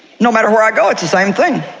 no matter where i go, it's the same thing,